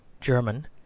German